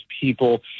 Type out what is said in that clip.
people